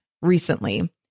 recently